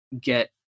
get